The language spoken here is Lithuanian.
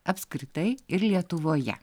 apskritai ir lietuvoje